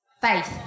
Faith